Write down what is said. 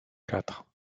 quatre